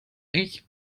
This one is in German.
ich